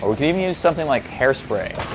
or we could even use something like hairspray.